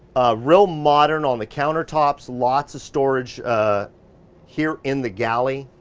real modern on the countertops, lots of storage here in the galley.